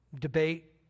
debate